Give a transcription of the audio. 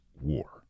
war